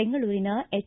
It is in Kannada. ಬೆಂಗಳೂರಿನ ಎಚ್